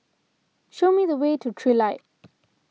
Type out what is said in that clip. show me the way to Trilight